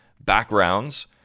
backgrounds